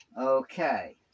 Okay